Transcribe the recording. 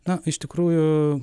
na iš tikrųjų